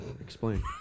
explain